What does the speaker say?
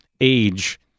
age